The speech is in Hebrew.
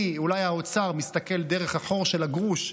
אולי האוצר מסתכל דרך החור של הגרוש,